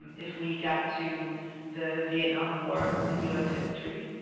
if we got to the vietnam war in u s. history,